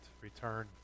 return